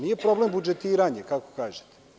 Nije problem budžetiranje, kako kažete.